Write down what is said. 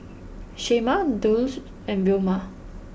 Shemar Dulce and Vilma